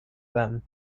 them